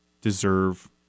deserve